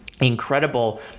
incredible